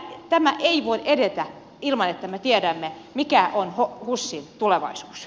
tämä ei voi edetä ilman että me tiedämme mikä on husin tulevaisuus